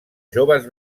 joves